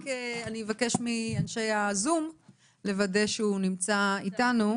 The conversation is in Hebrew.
רק אני אבקש מאנשי הזום לוודא שהוא נמצא איתנו.